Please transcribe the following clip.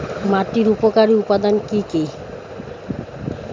মাটির উপকারী উপাদান কি কি?